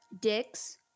Dick's